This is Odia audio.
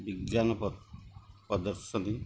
ବିଜ୍ଞାନ ପ୍ରଦର୍ଶନୀ